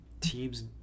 teams